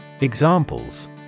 Examples